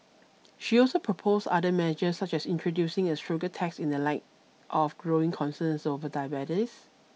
she also proposed other measures such as introducing a sugar tax in the light of growing concerns over diabetes